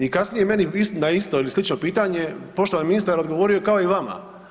I kasnije je meni na isto ili slično pitanje poštovani ministar odgovorio kao i vama.